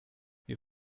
wir